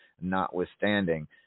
notwithstanding